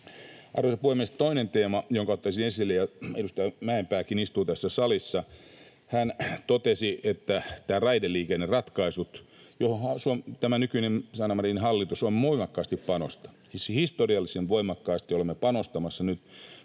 Arvoisa puhemies! Toinen teema, jonka ottaisin esille, kun edustaja Mäenpääkin istuu tässä salissa: Hän totesi, että nämä raideliikenneratkaisut, joihin tämä nykyinen Sanna Marinin hallitus on voimakkaasti panostanut... Siis historiallisen voimakkaasti olemme panostamassa nyt